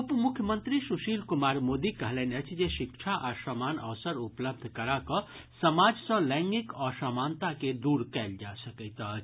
उपमुख्यमंत्री सुशील कुमार मोदी कहलनि अछि जे शिक्षा आ समान अवसर उपलब्ध करा कऽ समाज सँ लैंगिक असमानता के दूर कयल जा सकैत अछि